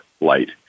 light